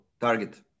target